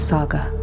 Saga